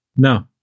No